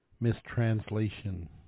mistranslation